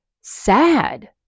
sad